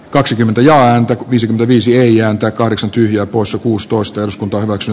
kaksikymmentä ja antoi viisi viisi ei ääntä kahdeksan tyhjää poissa kuusitoista asuntoa kaksi